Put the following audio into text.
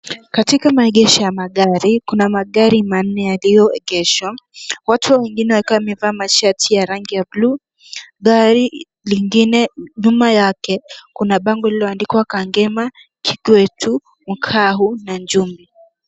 Katika maegesho ya magari, kuna magari manne yaliyoegeshwa. Watu wengine wakiwa wamevaa mashati ya rangi ya buluu. Gari lingine nyuma yake, kuna bango lililoandikwa Kangema, Kikwetu, Kikahu na Njuma.